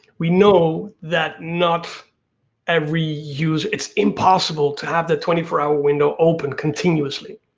we know that not every user, it's impossible to have the twenty four hour window open continuously.